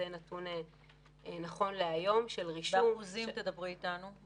זה הנתון נכון להיום --- תדברי איתנו באחוזים.